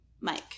Mike